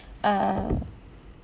um